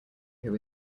who